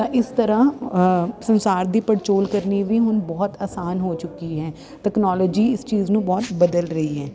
ਤਾਂ ਇਸ ਤਰ੍ਹਾਂ ਸੰਸਾਰ ਦੀ ਪੜਚੋਲ ਕਰਨੀ ਵੀ ਹੁਣ ਬਹੁਤ ਆਸਾਨ ਹੋ ਚੁੱਕੀ ਹੈ ਟੈਕਨੋਲੋਜੀ ਇਸ ਚੀਜ਼ ਨੂੰ ਬਹੁਤ ਬਦਲ ਰਹੀ ਹੈ